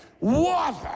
water